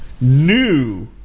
new